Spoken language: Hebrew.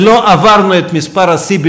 ולא עברנו את מספר השיא,